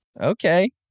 Okay